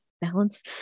Balance